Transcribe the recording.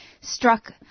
struck